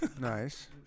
nice